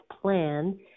Plan